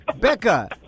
Becca